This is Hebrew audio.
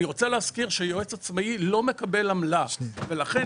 אני רוצה להזכיר שיועץ עצמאי לא מקבל עמלה ולכן